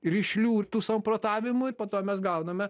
rišlių tų samprotavimų ir po to mes gauname